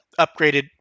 upgraded